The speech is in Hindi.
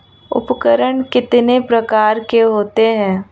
उपकरण कितने प्रकार के होते हैं?